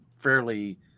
fairly